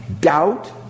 doubt